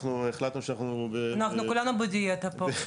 אנחנו החלטנו שאנחנו ב --- אנחנו כולנו בדיאטה פה.